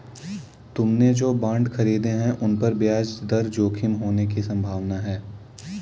तुमने जो बॉन्ड खरीदे हैं, उन पर ब्याज दर जोखिम होने की संभावना है